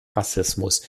rassismus